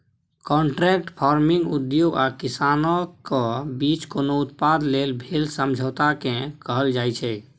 contract farming उद्योग आ किसानक बीच कोनो उत्पाद लेल भेल समझौताकेँ कहल जाइ छै